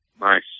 Nice